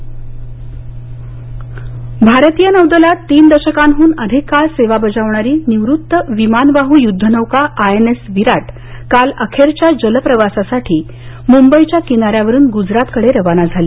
INS Viraat भारतीय नौदलात तीन दशकांहून अधिक काळ सेवा बजावणारी निवृत्त विमानवाहू युद्धनौका आयएनएस विराट काल अखेरच्या जलप्रवासाठी मुंबईच्या किनाऱ्यावरून गुजरातकडे रवाना झाली